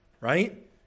Right